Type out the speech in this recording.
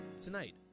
Tonight